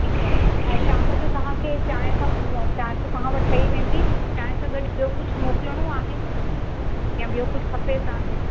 ठीकु आहे ऐं शाम जो तव्हांखे चांहि सां चांहि त तव्हां वटि ठही वेंदी चांहि सां गॾु ॿियो कुझु मोकिलणो आहे यां ॿियो कुझु खपे तव्हांखे